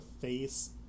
face